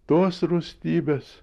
tos rūstybės